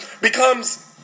becomes